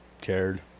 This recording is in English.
cared